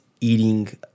eating